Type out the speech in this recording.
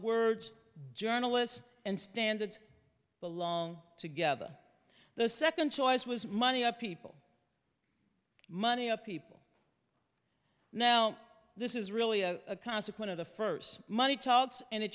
words journalists and standards belong together the second choice was money up people money up people now this is really a consequence of the first money talks and